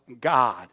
God